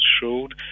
showed